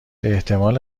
باحتمال